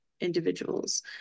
individuals